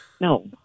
No